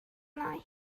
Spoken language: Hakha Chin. lai